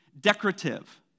decorative